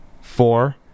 four